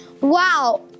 Wow